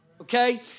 Okay